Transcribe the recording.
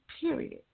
period